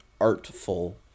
artful